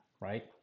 Right